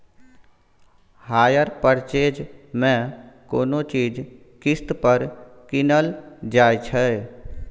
hire purchase मे कोनो चीज किस्त पर कीनल जाइ छै